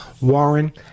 Warren